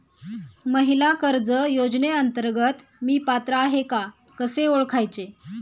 महिला कर्ज योजनेअंतर्गत मी पात्र आहे का कसे ओळखायचे?